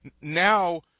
now